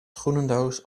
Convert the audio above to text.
schoenendoos